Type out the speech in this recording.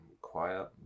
quiet